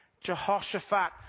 Jehoshaphat